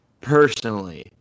personally